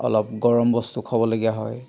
অলপ গৰম বস্তু খোৱাবলগীয়া হয়